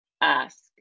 ask